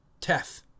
Teth